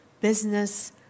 business